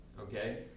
Okay